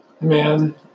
man